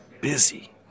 busy